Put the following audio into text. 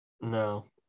No